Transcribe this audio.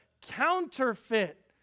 counterfeit